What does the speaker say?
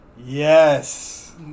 Yes